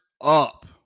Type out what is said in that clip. up